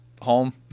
home